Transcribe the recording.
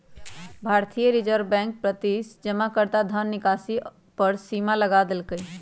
भारतीय reserve bank प्रति जमाकर्ता धन निकासी पर सीमा लगा देलकइ